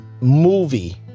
movie